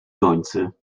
gońcy